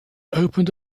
opened